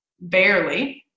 Barely